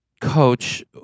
coach